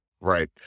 Right